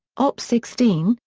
op. sixteen,